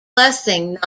blessing